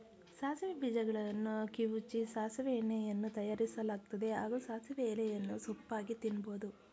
ಸಾಸಿವೆ ಬೀಜಗಳನ್ನು ಕಿವುಚಿ ಸಾಸಿವೆ ಎಣ್ಣೆಯನ್ನೂ ತಯಾರಿಸಲಾಗ್ತದೆ ಹಾಗೂ ಸಾಸಿವೆ ಎಲೆಯನ್ನು ಸೊಪ್ಪಾಗಿ ತಿನ್ಬೋದು